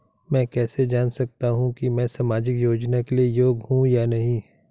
मैं कैसे जान सकता हूँ कि मैं सामाजिक योजना के लिए योग्य हूँ या नहीं?